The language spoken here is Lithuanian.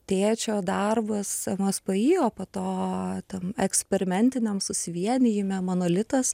tėčio darbas mspi o po to ten eksperimentiniam susivienijime monolitas